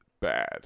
bad